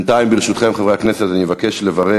בינתיים, ברשותכם חברי הכנסת, אני מבקש לברך.